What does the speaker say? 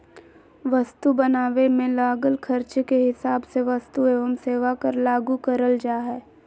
वस्तु बनावे मे लागल खर्चे के हिसाब से वस्तु एवं सेवा कर लागू करल जा हय